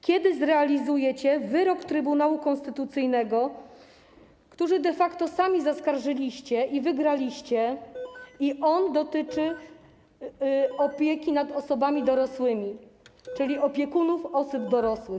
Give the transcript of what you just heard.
Kiedy zrealizujecie wyrok Trybunału Konstytucyjnego, który de facto sami zaskarżyliście i wygraliście, a on dotyczy opieki nad osobami dorosłymi, czyli opiekunów osób dorosłych?